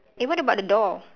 eh what about the door